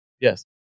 Yes